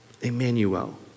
Emmanuel